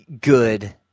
good